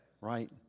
right